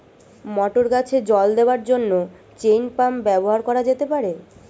মটর গাছে জল দেওয়ার জন্য চেইন পাম্প ব্যবহার করা যেতে পার?